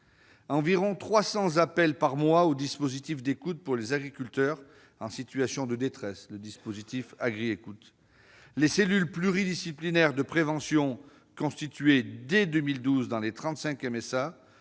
environ 300 appels sont donnés par mois au dispositif d'écoute pour les agriculteurs en situation de détresse, Agri'écoute. Les cellules pluridisciplinaires de prévention, constituées dès 2012 dans les 35 MSA,